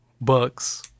Bucks